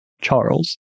Charles